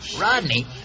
Rodney